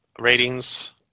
ratings